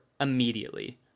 immediately